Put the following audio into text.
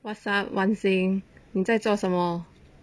what's up wan xing 你在做什么